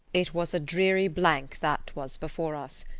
it was a dreary blank that was before us.